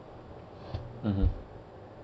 mmhmm